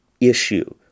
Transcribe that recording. issue